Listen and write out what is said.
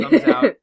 out